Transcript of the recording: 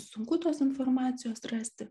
sunku tos informacijos rasti